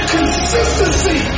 Consistency